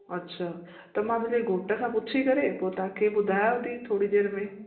अछा त मां मुंहिंजे घोट खां पुछी करे पोइ तव्हांखे ॿुधायांव थी थोरी देर में